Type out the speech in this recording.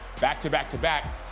back-to-back-to-back